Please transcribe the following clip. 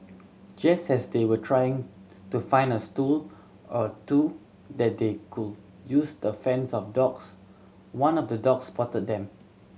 just as they were trying to find a stool or two that they could use to fends off dogs one of the dogs spotted them